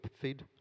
feed